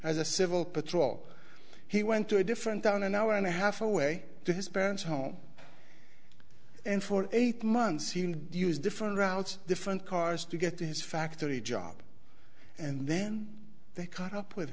a civil patrol he went to a different town an hour and a half away to his parents home and for eight months he used different routes different cars to get to his factory job and then they caught up with